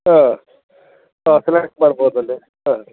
ಹಾಂ ಹಾಂ ಸೆಲೆಕ್ಟ್ ಮಾಡ್ಬೋದು ಅಲ್ಲಿ ಹಾಂ